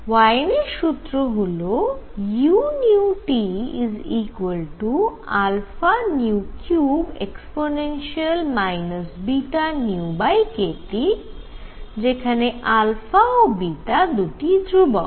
ওয়েইনের সূত্র হল u α3e βνkT যেখানে ও দুটি ধ্রুবক